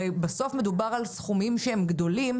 הרי בסוף מדובר על סכומים שהם גדולים,